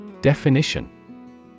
Definition